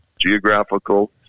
geographical